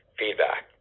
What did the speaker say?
feedback